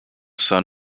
sun